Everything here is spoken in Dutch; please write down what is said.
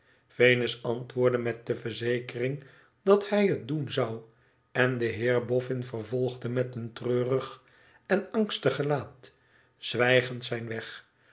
venus antwoordde met de verzekering dat hij het doen zou en de heer boffin vervolgde meteen treurig en angstig gelaat zwijgend zijn weg